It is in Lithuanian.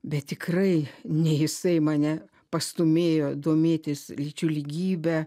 bet tikrai ne jisai mane pastūmėjo domėtis lyčių lygybe